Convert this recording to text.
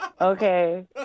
Okay